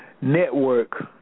network